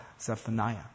Zephaniah